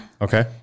okay